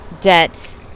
debt